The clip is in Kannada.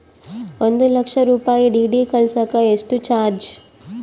ಒಂದು ಲಕ್ಷ ರೂಪಾಯಿ ಡಿ.ಡಿ ಕಳಸಾಕ ಎಷ್ಟು ಚಾರ್ಜ್?